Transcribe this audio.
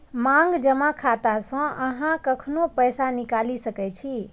मांग जमा खाता सं अहां कखनो पैसा निकालि सकै छी